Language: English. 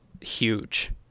huge